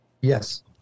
Yes